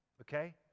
Okay